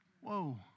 whoa